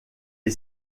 est